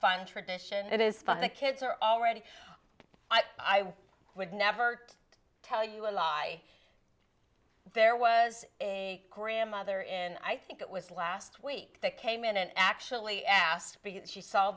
fun tradition it is fun the kids are already i would never tell you a lie there was a grandmother and i think it was last week that came in and actually asked she